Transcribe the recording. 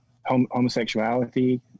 homosexuality